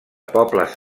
pobles